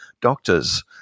doctors